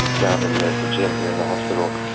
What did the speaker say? and down in the gym here in the hospital.